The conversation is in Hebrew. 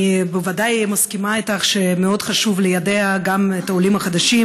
אני בוודאי מסכימה איתך שמאוד חשוב ליידע גם את העולים החדשים